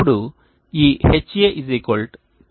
ఇప్పుడు ఈ Ha KT x H0